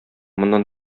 моннан